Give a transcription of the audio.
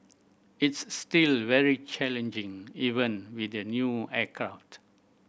it's still very challenging even with the new aircraft